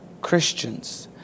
christians